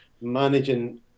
managing